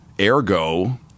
Ergo